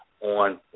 on